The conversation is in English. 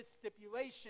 stipulation